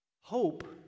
Hope